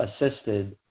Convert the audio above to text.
assisted